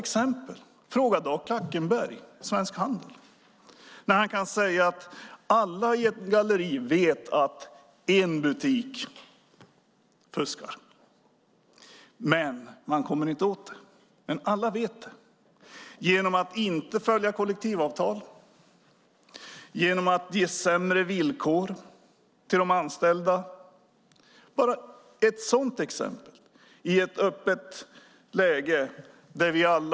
Enligt Dag Klackenberg, vd för Svensk Handel, kan alla veta att en butik i en galleria fuskar genom att inte följa kollektivavtal och ge sämre villkor till de anställda, men man kommer inte åt det. Det är bara ett exempel.